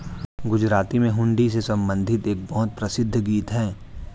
गुजराती में हुंडी से संबंधित एक बहुत प्रसिद्ध गीत हैं